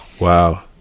Wow